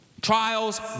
trials